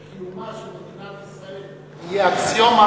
כשקיומה של מדינת ישראל יהיה אקסיומה,